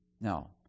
No